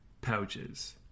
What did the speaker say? pouches